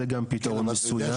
זה גם פתרון מסוים.